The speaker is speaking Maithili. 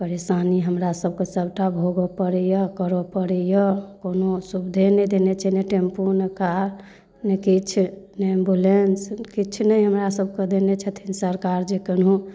परेशानी हमरासबके सबटा भोगऽ पड़ैए करऽ पड़ैए कोनो सुविधे नहि देने छै नहि टेम्पू नहि कार नहि किछु नहि एम्बुलेन्स किछु नहि हमरासबके देने छथिन सरकार जे केनहो